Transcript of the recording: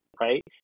right